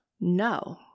no